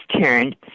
turned